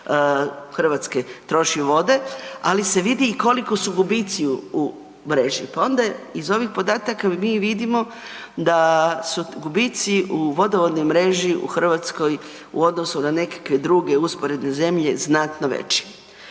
Hrvatske troši vode, ali se vidi i koliko su gubitci u mreži, pa onda je iz ovih podataka mi vidimo da su gubitci u vodovodnoj mreži u Hrvatskoj u odnosu na nekakve druge usporedne zemlje znatno veći.